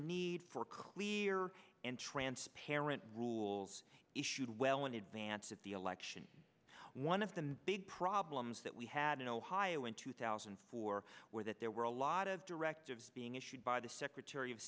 need for clear and transparent rules issued well in advance of the election one of the big problems that we had in ohio in two thousand and four where that there were a lot of directives being issued by the secretary of